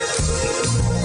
את תחושות הבטן הללו.